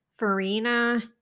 Farina